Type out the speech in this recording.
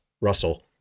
Russell